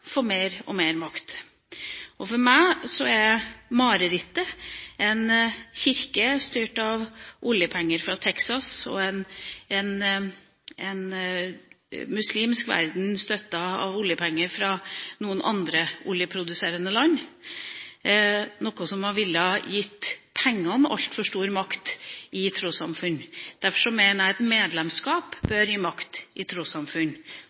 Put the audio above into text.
mer og mer makt. For meg er marerittet en kirke styrt av oljepenger fra Texas, og en muslimsk verden støttet av oljepenger fra andre oljeproduserende land – noe som ville gitt pengene altfor stor makt i trossamfunn. Derfor mener jeg at medlemskap bør gi makt i trossamfunn.